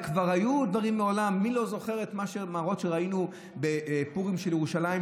וכבר היו דברים מעולם: מי לא זוכר את המראות שראינו בפורים של ירושלים,